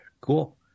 Cool